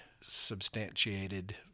substantiated